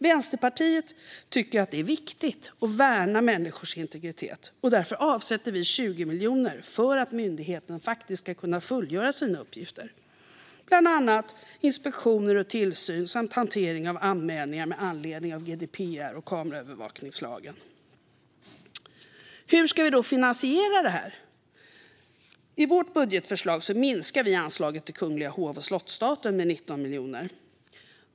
Vänsterpartiet tycker att det är viktigt att värna människors integritet, och därför avsätter vi 20 miljoner för att myndigheten ska kunna fullgöra sina uppgifter, bland annat inspektioner och tillsyn samt hantering av anmälningar med anledning av GDPR och kamerabevakningslagen. Och hur ska vi då finansiera det här? I vårt budgetförslag minskar vi anslaget till den kungliga hov och slottsstaten med 19 miljoner.